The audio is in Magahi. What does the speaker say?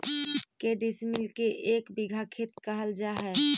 के डिसमिल के एक बिघा खेत कहल जा है?